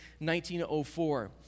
1904